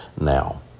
now